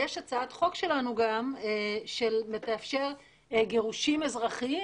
יש הצעת חוק שלנו גם שתאפשר גירושין אזרחיים